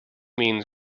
means